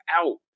out